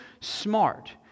smart